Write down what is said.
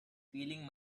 feeling